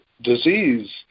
disease